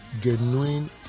genuine